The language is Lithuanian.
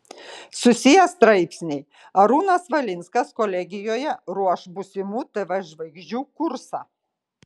susiję straipsniai arūnas valinskas kolegijoje ruoš būsimų tv žvaigždžių kursą